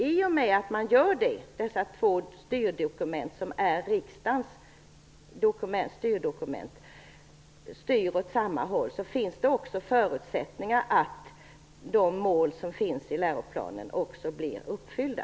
I och med att riksdagens båda styrdokument styr åt samma håll finns det också förutsättningar för att de mål som finns i läroplanen blir uppfyllda.